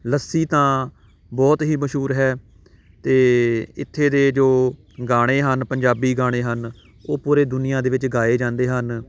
ਲੱਸੀ ਤਾਂ ਬਹੁਤ ਹੀ ਮਸ਼ਹੂਰ ਹੈ ਅਤੇ ਇੱਥੇ ਦੇ ਜੋ ਗਾਣੇ ਹਨ ਪੰਜਾਬੀ ਗਾਣੇ ਹਨ ਉਹ ਪੂਰੇ ਦੁਨੀਆ ਦੇ ਵਿੱਚ ਗਾਏ ਜਾਂਦੇ ਹਨ